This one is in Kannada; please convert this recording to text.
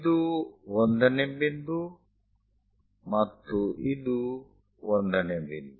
ಇದು 1 ನೇ ಬಿಂದು ಮತ್ತು ಇದು 1 ನೇ ಬಿಂದು